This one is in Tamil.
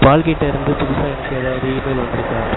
பால்கிட்டே இருந்து புதுசாக எனக்கு ஏதாவது ஈமெயில் வந்திருக்கா